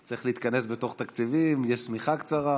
צריך להתכנס בתוך תקציבים, יש שמיכה קצרה.